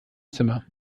zimmer